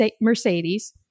Mercedes